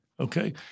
okay